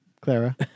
Clara